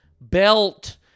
belt